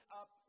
up